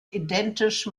identisch